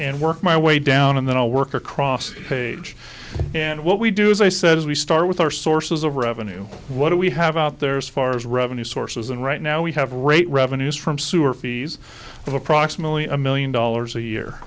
and work my way down and then i'll work across page and what we do is i said as we start with our sources of revenue what do we have out there as far as revenue sources and right now we have a great revenues from sewer fees of approximately a million dollars a year